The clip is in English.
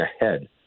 ahead